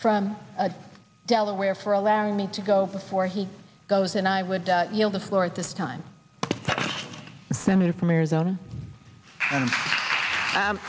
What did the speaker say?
from delaware for allowing me to go before he goes and i would yield the floor at this time senator from arizona